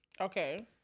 Okay